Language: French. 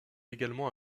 également